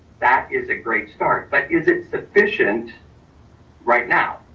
that is a great start, but is it sufficient right now?